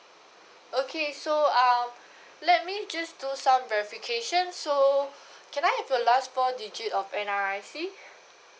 okay so uh let me just do some verification so can I have your last four digit of N_R_I_C